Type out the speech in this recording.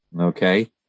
okay